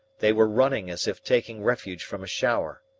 they were running as if taking refuge from a shower.